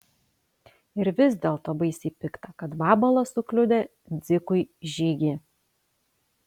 ir vis dėlto baisiai pikta kad vabalas sukliudė dzikui žygį